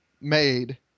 made